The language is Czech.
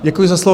Děkuji za slovo.